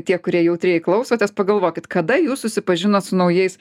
tie kurie jautrieji klausotės pagalvokit kada jūs susipažinot su naujais